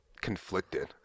conflicted